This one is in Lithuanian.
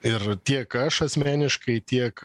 ir tiek aš asmeniškai tiek